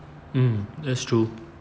mm that's true